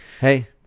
hey